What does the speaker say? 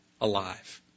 alive